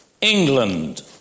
England